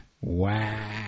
Wow